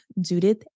Judith